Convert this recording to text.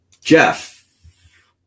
Jeff